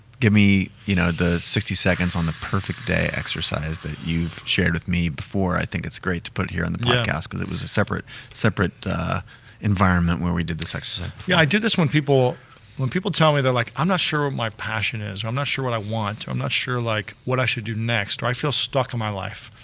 give me you know the sixty seconds on the perfect day exercise, that you've shared with me before, i think it's great to put it here on the podcast. cause it was a separate separate environment where we did this exercise. yeah, i do this when people when people tell me that like, i'm not sure what my passion is or i'm not sure what i want, or i'm not sure like, what i should do next, or i feel stuck in my life.